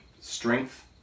strength